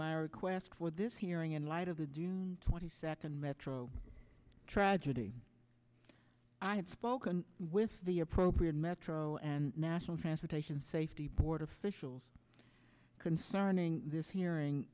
my request for this hearing in light of the doing twenty second metro tragedy i have spoken with the appropriate metro and national transportation safety board officials concerning this hearing